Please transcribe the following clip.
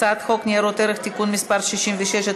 הצעת חוק ניירות ערך (תיקון מס' 66),